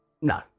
no